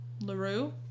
LaRue